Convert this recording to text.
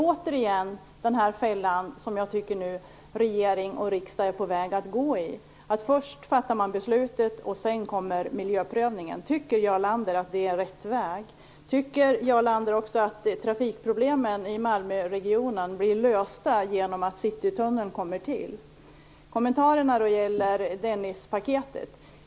Återigen har vi den här fällan som jag tycker att regering och riksdag är på väg att gå i. Först fattar man beslutet och sedan kommer miljöprövningen. Tycker Jarl Lander att det är rätt väg? Tycker Jarl Lander också att trafikproblemen i Malmöregionen blir lösta genom att Citytunneln kommer till? Kommentarerna gäller Dennispaketet.